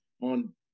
on